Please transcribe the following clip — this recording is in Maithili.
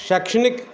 शैक्षणिक